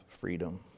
freedom